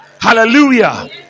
Hallelujah